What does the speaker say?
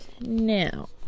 now